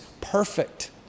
perfect